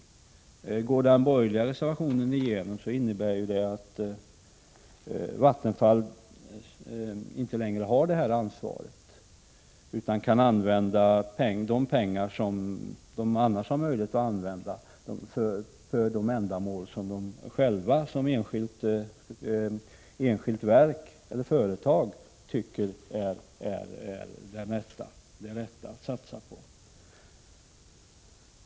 Går den borgerliga reservationen igenom innebär detta att Vattenfall inte längre har det här ansvaret utan kan använda pengarna för de ändamål som verket självt som enskilt företag tycker är de rätta att satsa på.